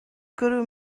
gwrw